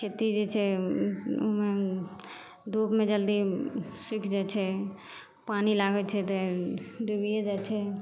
खेती जे छै ओहिमे धूपमे जल्दी सुखि जाइ छै पानि लागै छै तऽ डुबिये जाइ छै